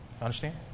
Understand